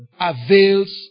avails